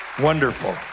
Wonderful